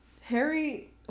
Harry